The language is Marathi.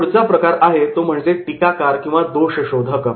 पुढचा प्रकार आहे तो म्हणजे टीकाकार किंवा दोषशोधक